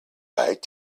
right